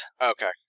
Okay